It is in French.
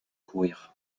courir